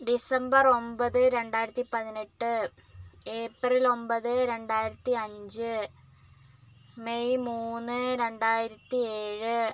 December ഒൻപത് രണ്ടായിരത്തി പതിനെട്ട് ഏപ്രിൽ ഒൻപത് രണ്ടായിരത്തി അഞ്ച് മെയ് മൂന്ന് രണ്ടായിരത്തി ഏഴ്